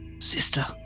sister